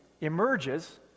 emerges